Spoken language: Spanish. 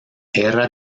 era